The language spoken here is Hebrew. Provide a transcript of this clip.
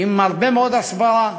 עם הרבה מאוד הסברה,